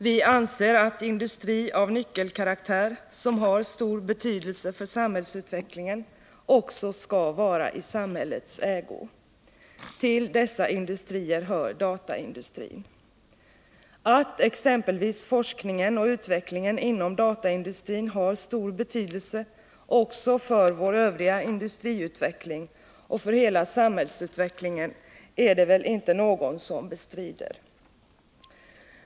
Vi anser att industri av nyckelkaraktär, som har stor betydelse för samhällsutvecklingen, också skall vara i samhällets ägo. Till dessa industrier hör dataindustrin. Att exempelvis forskningen och utvecklingen inom dataindustrin har stor betydelse också för vår övriga industriutveckling och för hela samhällsutvecklingen är det väl inte någon som bestrider.